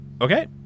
Okay